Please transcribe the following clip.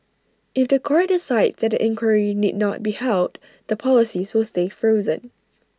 if The Court decides that inquiry need not be held the policies will stay frozen